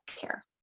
care